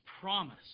promise